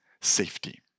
safety